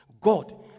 God